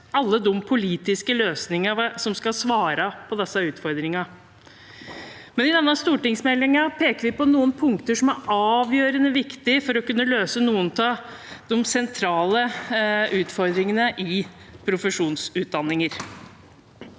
alle de politiske løsningene som skal svare på disse utfordringene. Men i denne stortingsmeldingen peker vi på noen punkter som er avgjørende viktige for å kunne løse noen av de sentrale utfordringene i profesjonsutdanningene.